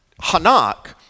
hanak